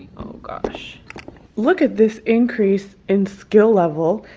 gosh look at this increase in skill level.